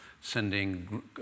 sending